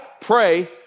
Pray